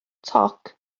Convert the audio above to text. toc